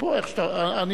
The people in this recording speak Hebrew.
אומר